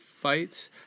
fights